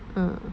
ah